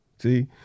See